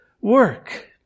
work